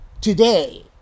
today